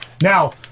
now